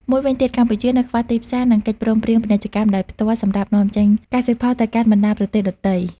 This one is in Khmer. មួយវិញទៀតកម្ពុជានៅខ្វះទីផ្សារ និងកិច្ចព្រមព្រៀងពាណិជ្ជកម្មដោយផ្ទាល់សម្រាប់នាំចេញកសិផលទៅកាន់បណ្តាប្រទេសដទៃ